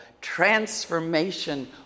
transformation